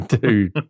dude